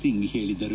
ಸಿಂಗ್ ಹೇಳಿದರು